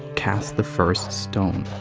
cast the first stone.